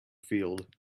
field